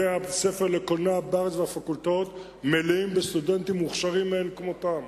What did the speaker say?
בתי-הספר לקולנוע בארץ והפקולטות מלאים בסטודנטים מוכשרים מאין כמותם,